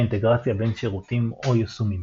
אינטגרציה בין שירותים או יישומים.